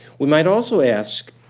we might also ask,